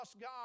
God